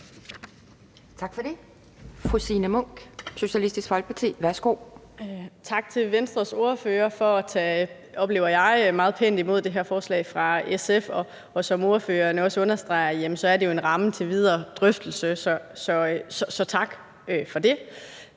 Tak for det. Fru Signe Munk, Socialistisk Folkeparti. Værsgo. Kl. 11:43 Signe Munk (SF): Tak til Venstres ordfører for at tage – oplever jeg – meget pænt imod det her forslag fra SF. Og som ordføreren også understreger, er det jo en ramme til videre drøftelse – så tak for det.